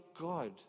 God